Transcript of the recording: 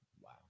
Wow